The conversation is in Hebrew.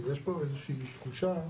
יש פה איזושהי תחושה